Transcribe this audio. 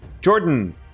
Jordan